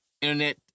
internet